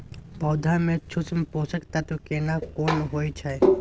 पौधा में सूक्ष्म पोषक तत्व केना कोन होय छै?